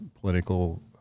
political